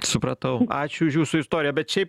supratau ačiū už jūsų istoriją bet šiaip